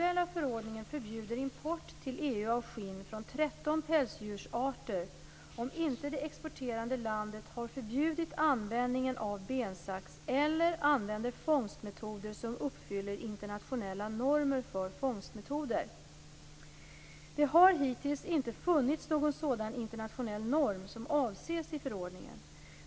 EU av skinn från 13 pälsdjursarter om inte det exporterande landet har förbjudit användningen av bensax eller använder fångstmetoder som uppfyller internationella normer för fångstmetoder. Det har hittills inte funnits någon sådan internationell norm som avses i förordningen.